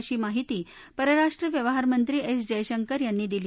अशी माहिती परराष्ट्र व्यवहारमंत्री एस जयशंकर यांनी दिली